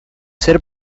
ser